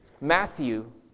Matthew